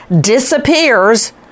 Disappears